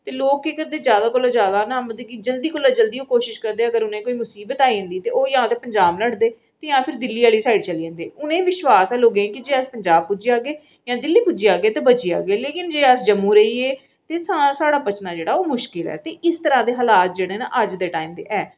ते लोक केह् करदे कि ज्यादा कोला ज्यादा ना जल्दी कोला जल्दी ओह् कोशिश करदे अगर उ'नें गी मुसीबत आई जंदी ओह् जां ते पंजाब नठदे ते जां ते दिल्ली आह्ली साइड चली जंदे उ'नें गी विश्वास ऐ लोकें गी कि जे अस पंजाब पुज्जी जाह्गे जां दिल्ली पुज्जी जाह्गे ते बची जाह्गे लेकिन जे अस जम्मू रेही गे तां साढ़ा बचना जेह्ड़ा ओह् मुश्किल ऐ ते इस तरह् दे हालात जेह्ड़े ने अज्ज दे टाईम दे ऐ न